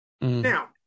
Now